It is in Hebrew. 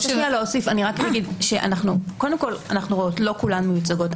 אנחנו לא כולן מיוצגות.